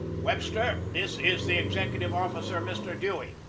webster, this is the executive officer, mr. dewey,